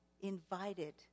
invited